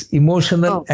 emotional